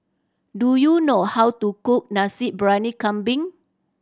do you know how to cook Nasi Briyani Kambing